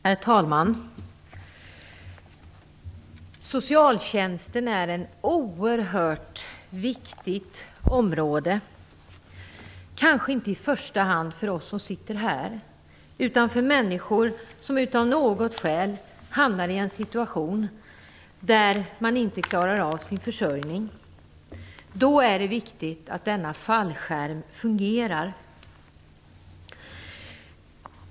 Herr talman! Socialtjänsten är ett oerhört viktigt område, kanske inte i första hand för oss som sitter här utan för människor som av något skäl hamnar i en situation där de inte klarar av sin försörjning. Då är det viktigt att denna fallskärm fungerar.